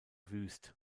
wüst